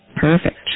Perfect